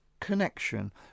connection